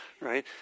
right